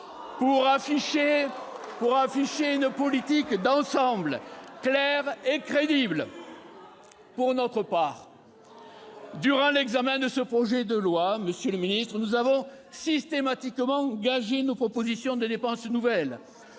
pour afficher une politique d'ensemble claire et crédible ! Imposture ! Pour notre part, durant l'examen de ce projet de loi de finances, nous avons systématiquement gagé nos propositions de dépenses nouvelles.